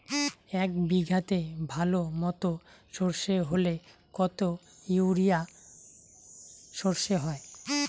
এক বিঘাতে ভালো মতো সর্ষে হলে কত ইউরিয়া সর্ষে হয়?